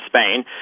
Spain